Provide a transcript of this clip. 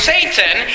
Satan